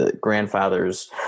grandfather's